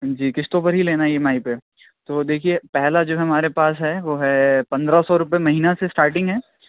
جی قسطوں پر ہی لینا ہے ای ایم آئی پہ تو دیکھیے پہلا جو ہے ہمارے پاس ہے وہ ہے پندرہ سو روپیے مہینہ سے اسٹارٹنگ ہے